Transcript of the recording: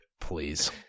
Please